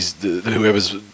whoever's